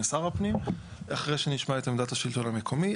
שר הפנים אחרי שנשמע את עמדת השלטון המקומי,